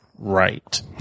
right